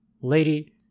Lady